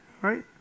Right